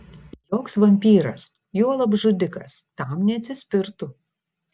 joks vampyras juolab žudikas tam neatsispirtų